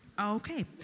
Okay